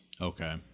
okay